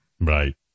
Right